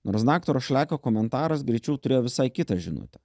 nors daktaro šlekio komentaras greičiau turėjo visai kitą žinutę